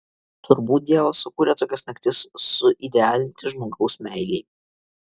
turbūt dievas sukūrė tokias naktis suidealinti žmogaus meilei